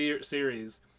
series